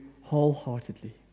wholeheartedly